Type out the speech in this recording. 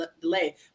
delay